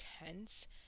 intense